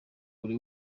buri